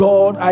God